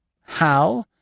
How